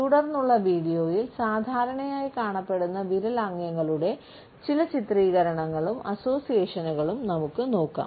തുടർന്നുള്ള വീഡിയോയിൽ സാധാരണയായി കാണപ്പെടുന്ന വിരൽ ആംഗ്യങ്ങളുടെ ചില ചിത്രീകരണങ്ങളും അസോസിയേഷനുകളും നമുക്ക് നോക്കാം